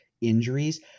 injuries